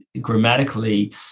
grammatically